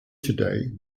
today